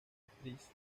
actriz